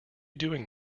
doing